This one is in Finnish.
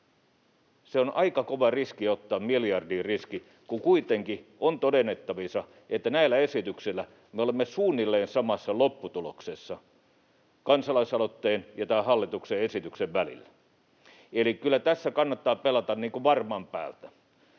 se on aika kova riski ottaa miljardin riski, kun kuitenkin on todennettavissa, että näillä esityksillä me olemme suunnilleen samassa lopputuloksessa kansalaisaloitteen ja tämän hallituksen esityksen välillä. Eli kyllä tässä kannattaa pelata varman päältä.